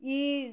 Eid